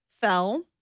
fell